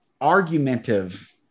argumentative